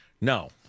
No